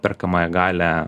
perkamąją galią